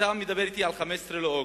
אתה מדבר אתי על בחירות ב-15 באוגוסט?